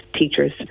teachers